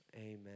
amen